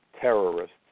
terrorists